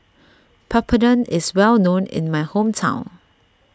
Papadum is well known in my hometown